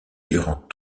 durant